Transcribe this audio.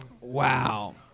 Wow